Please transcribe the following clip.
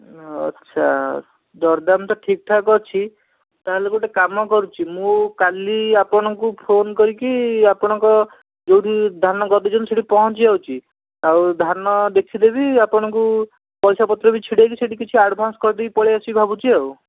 ଆଚ୍ଛା ଦରଦାମ୍ ତ ଠିକ୍ଠାକ୍ ଅଛି ତା'ହେଲେ ଗୋଟେ କାମ କରୁଛି ମୁଁ କାଲି ଆପଣଙ୍କୁ ଫୋନ୍ କରିକି ଆପଣଙ୍କ ଯେଉଁଠି ଧାନ ଗଦେଇଛନ୍ତି ସେଇଠି ପହଞ୍ଚିଯାଉଛି ଆଉ ଧାନ ଦେଖିଦେବି ଆପଣଙ୍କୁ ପଇସାପତ୍ର ବି ଛିଡ଼େଇକି ସେଇଠି କିଛି ଆଡ଼ଭାନ୍ସ କରିଦେଇ ପଳାଇ ଆସିବି ଭାବୁଛି ଆଉ